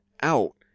out